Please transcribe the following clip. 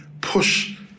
push